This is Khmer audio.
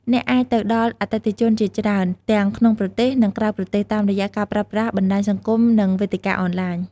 អ្នកអាចទៅដល់អតិថិជនជាច្រើនទាំងក្នុងប្រទេស និងក្រៅប្រទេស តាមរយៈការប្រើប្រាស់បណ្ដាញសង្គម និងវេទិកាអនឡាញ។